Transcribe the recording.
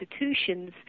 institutions